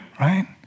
right